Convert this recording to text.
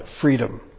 freedom